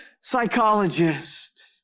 psychologist